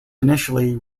initially